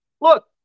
Look